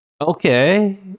Okay